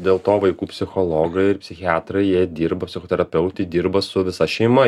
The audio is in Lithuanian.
dėl to vaikų psichologai ir psichiatrai jie dirba psichoterapeutai dirba su visa šeima